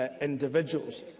Individuals